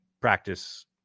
practice